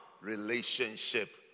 relationship